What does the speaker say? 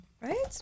Right